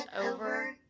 over